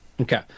Okay